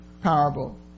parable